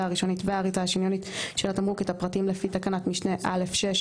הראשונית והאריזה השניונית של התמרוק את הפרטים לפי תקנת משנה (א)(6),